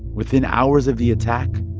within hours of the attack,